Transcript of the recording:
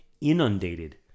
inundated